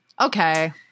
okay